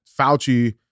Fauci